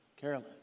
Carolyn